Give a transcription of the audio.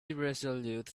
irresolute